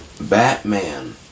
Batman